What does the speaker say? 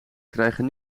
krijgen